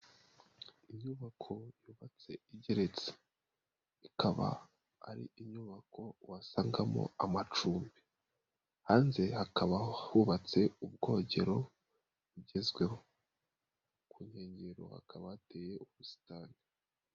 Inyubako yubatse igeretse ikaba ari inyubako wasangamo amacumbi, hanze hakaba hubatse ubwogero bugezweho, ku nkengero hakaba hateye ubusitani.